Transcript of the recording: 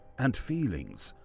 and feelings,